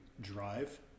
drive